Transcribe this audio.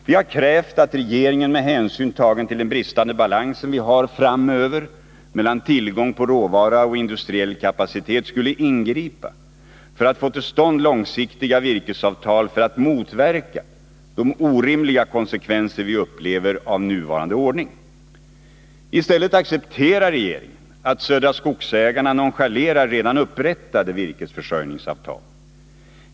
Vi har krävt att regeringen, med hänsyn tagen till den bristande balansen vi har framöver mellan tillgång på råvara och industriell kapacitet, skulle ingripa för att få till stånd långsiktiga virkesavtal för att motverka de orimliga konsekvenser vi upplever av nuvarande ordning. I stället accepterar regeringen att Södra Skogsägarna nonchalerar redan upprättade virkesförsörjningsavtal.